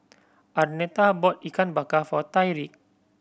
Arnetta bought Ikan Bakar for Tyriq